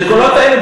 של הקולות האלה,